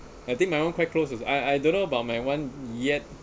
I think my [one] quite close is I I don't know about my one yet